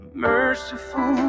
merciful